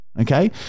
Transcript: Okay